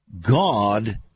God